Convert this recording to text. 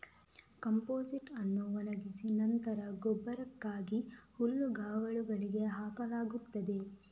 compost ಅನ್ನು ಒಣಗಿಸಿ ನಂತರ ಗೊಬ್ಬರಕ್ಕಾಗಿ ಹುಲ್ಲುಗಾವಲುಗಳಿಗೆ ಹಾಕಲಾಗುತ್ತದೆ